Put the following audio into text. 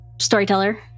Storyteller